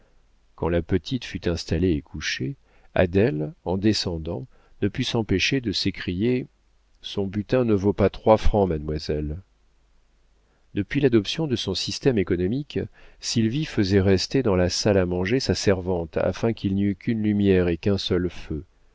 quand la petite fut installée et couchée adèle en descendant ne put s'empêcher de s'écrier son butin ne vaut pas trois francs mademoiselle depuis l'adoption de son système économique sylvie faisait rester dans la salle à manger sa servante afin qu'il n'y eût qu'une lumière et qu'un seul feu